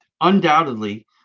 undoubtedly